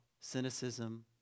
cynicism